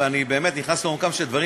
ואני באמת נכנס לעומקם של דברים,